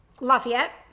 Lafayette